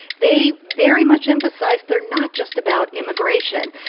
they very much emphasized they're not just about immigration.